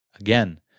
again